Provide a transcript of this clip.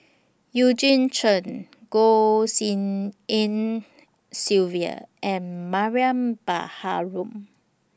Eugene Chen Goh Tshin En Sylvia and Mariam Baharom